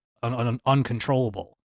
uncontrollable